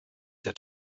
der